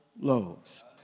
loaves